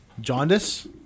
Jaundice